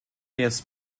jetzt